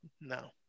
No